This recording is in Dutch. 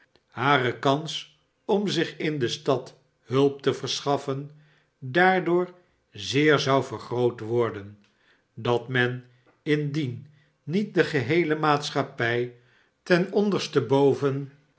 hare kans om zich in de stad hulp te verschaffen daardoor zeer zou vergroot worden dat men indien niet de geheele maatschappij ten